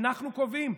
אנחנו קובעים.